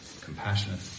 compassionate